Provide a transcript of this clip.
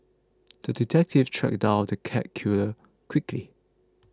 the detective tracked down the cat killer quickly